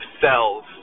cells